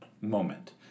moment